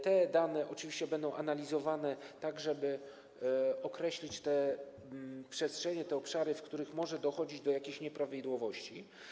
Te dane będą analizowane tak, żeby określić te przestrzenie, te obszary, w których może dochodzić do jakichś nieprawidłowości.